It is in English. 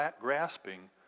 grasping